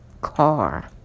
car